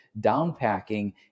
downpacking